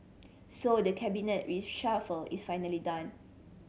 so the Cabinet reshuffle is finally done